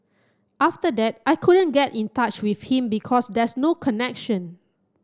after that I couldn't get in touch with him because there's no connection